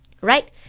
right